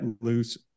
loose